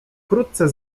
wkrótce